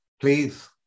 Please